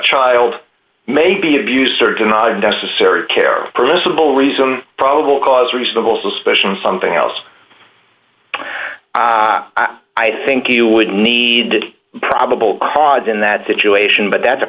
child maybe abuse or do not necessary care permissible reason probable cause reasonable suspicion something else i think you would need probable cause in that situation but that's a